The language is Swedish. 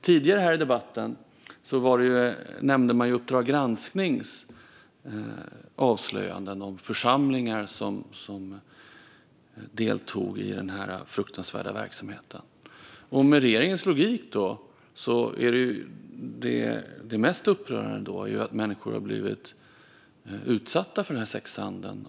Tidigare i debatten nämnde man avslöjandena i Uppdrag granskning om församlingar som deltog i denna fruktansvärda verksamhet. Med regeringens logik är det mest upprörande människor som har blivit utsatta för denna sexhandel.